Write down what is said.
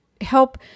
help